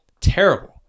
Terrible